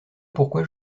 pourquoi